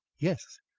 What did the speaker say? yes.